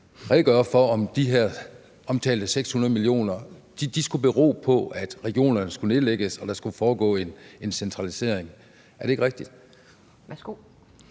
redegøre for, om de her omtalte 600 mio. kr. skulle bero på, at regionerne skulle nedlægges, og at der skulle foregå en centralisering? Er det ikke rigtigt? Kl.